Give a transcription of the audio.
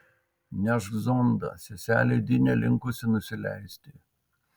nešk zondą seselė di nelinkusi nusileisti